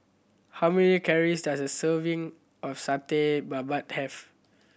how many calories does a serving of Satay Babat have